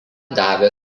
davė